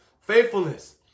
faithfulness